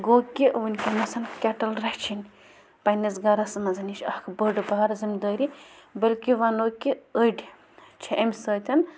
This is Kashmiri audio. گوٚو کہِ وٕنکٮ۪نَسَن کٮ۪ٹَل رَچھِنۍ پنٛنِس گَرَس منٛز یہِ چھِ اَکھ بٔڑ بارٕ زِمدٲری بٔلکہِ وَنو کہِ أڑۍ چھِ امۍ سۭتۍ